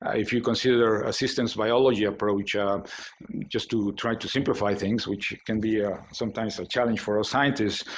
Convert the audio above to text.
if you consider a systems biology approach um just to try to simplify things, which can be ah sometimes a like challenge for a scientist,